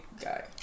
guy